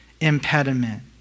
impediment